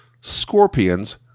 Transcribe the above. scorpions